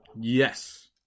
Yes